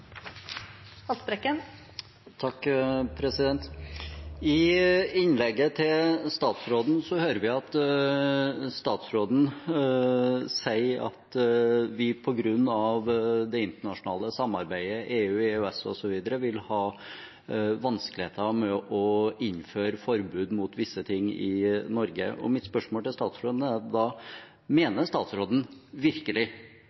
I innlegget til statsråden hører vi statsråden si at vi på grunn av det internasjonale samarbeidet, EU/EØS osv. vil ha vanskeligheter med å innføre forbud mot visse ting i Norge. Mitt spørsmål til statsråden er da: Mener statsråden virkelig